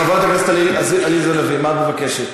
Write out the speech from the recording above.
חברת הכנסת עליזה לביא, מה את מבקשת?